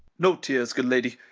no tears, good lady,